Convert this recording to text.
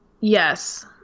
Yes